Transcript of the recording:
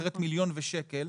אחרת מיליון ושקל,